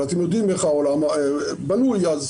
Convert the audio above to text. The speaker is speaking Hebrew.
אבל אתם יודעים איך העולם בנוי, אז